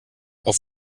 auf